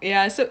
ya so